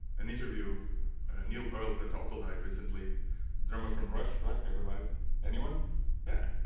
an interview a new girl that also died recently drummer from rush right never by anyone yeah